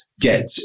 get